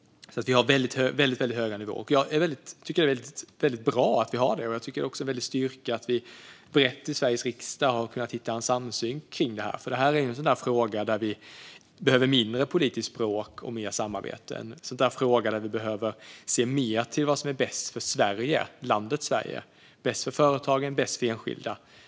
Vi har alltså väldigt höga nivåer. Jag tycker att det är väldigt bra att vi har det. Jag tycker också att det är en väldig styrka att vi brett i Sveriges riksdag har kunnat hitta en samsyn kring detta, för det är en fråga där vi behöver mindre politiskt bråk och mer samarbete. Det är en fråga där vi behöver se mer till vad som är bäst för landet Sverige, bäst för företagen och bäst för enskilda.